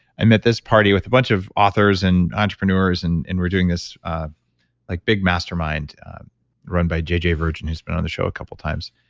i met this party with a bunch of authors and entrepreneurs and and we're doing this like big mastermind run by jj virgin who's been on the show a couple times.